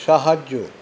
সাহায্য